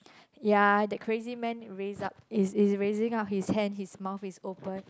ya that crazy man raise up he's he's raising up his hand his mouth is open